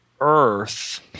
Earth